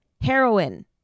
Heroin